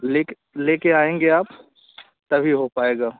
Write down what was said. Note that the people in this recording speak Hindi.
ले कर ले कर आएँगे आप तभी हो पाएगा